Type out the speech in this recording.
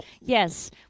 Yes